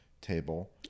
table